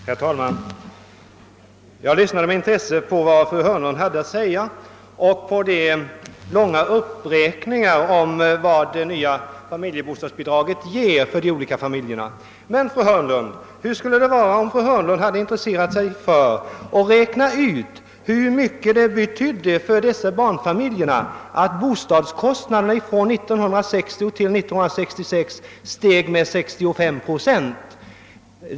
Herr talman! Jag lyssnade med intresse på vad fru Hörnlund hade att säga och på de långa uppräkningarna om vad det nya familjebostadsbidraget ger till de olika familjerna. Men, fru ger till de olika familjerna. Men, fru Hörnlund intresserade sig för och räknade ut hur mycket det betyder för dessa barnfamiljer att bostadskostnaderna från 1960 till 1966 steg med 65 procent?